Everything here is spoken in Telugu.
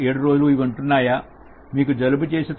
మీకు జలుబు చేసి తరచుగా జ్వరం వస్తోందా